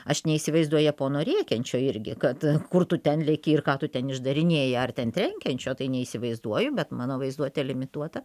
aš neįsivaizduoju japono rėkiančio irgi kad kur tu ten leki ir ką tu ten išdarinėji ar ten trenkiančio tai neįsivaizduoju bet mano vaizduotė limituota